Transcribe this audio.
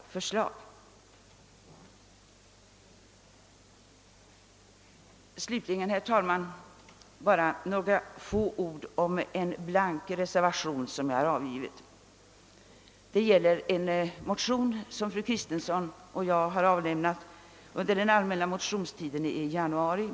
Herr talman! Slutligen vill jag säga några få ord om en blank reservation som jag avgivit. Det gäller en motion som fru Kristensson och jag avlämnade under den allmänna motionstiden i januari.